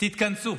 תתכנסו,